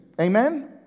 Amen